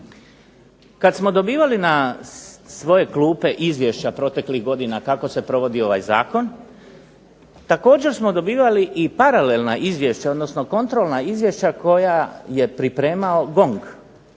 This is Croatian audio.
Kad smo dobivali na svoje klupe izvješća proteklih godina kako se provodi ovaj zakon, također smo dobivali i paralelna izvješća, odnosno kontrolna izvješća koja je pripremao GONG,